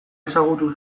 ezagutu